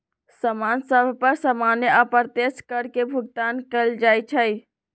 समान सभ पर सामान्य अप्रत्यक्ष कर के भुगतान कएल जाइ छइ